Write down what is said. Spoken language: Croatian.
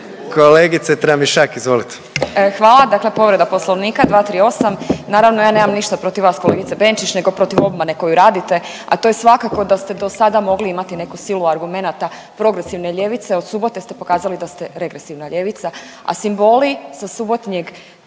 izvolite. **Tramišak, Nataša (HDZ)** Hvala. Dakle, povreda Poslovnika 238., naravno ja nemam ništa protiv vas kolegice Benčić nego protiv obmane koju radite, a to je svakako da ste do sada mogli imati neku silu argumenata progresivne ljevice. Od subote ste pokazali da ste regresivna ljevica, a simboli sa subotnjeg